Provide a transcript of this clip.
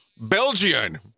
Belgian